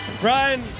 Brian